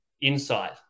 insight